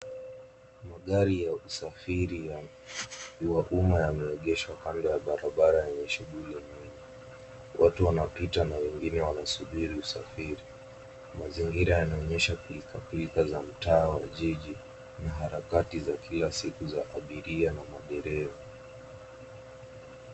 Magari ya usafiri wa umma yameegeshwa kando ya barabara yenye shughuli nyingi. Watu wanapita na wengine wanasubiri usafiri. Mazingira yanaonyesha pilkapilka za mtaa wa jiji na harakati za kila siku za abiria na madereva.